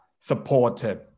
supported